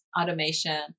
automation